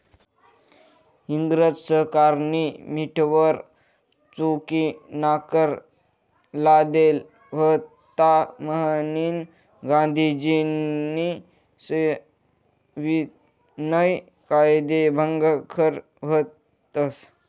इंग्रज सरकारनी मीठवर चुकीनाकर लादेल व्हता म्हनीन गांधीजीस्नी सविनय कायदेभंग कर व्हत